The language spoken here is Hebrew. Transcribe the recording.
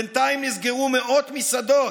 בינתיים נסגרו מאות מסעדות,